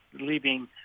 leaving